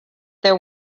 there